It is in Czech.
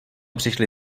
přišly